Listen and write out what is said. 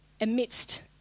amidst